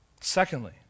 Secondly